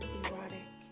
erotic